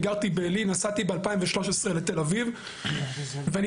אני גרתי ב- נסעתי ב-2013 לתל אביב ונתקלתי,